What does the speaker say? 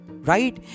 right